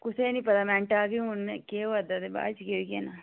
कुसा गी नेई पता मैंटा दा कि हुन केह् होआ दा ऐ ते बाद च केह् होई जाना